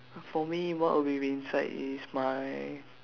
for me what will will be inside is my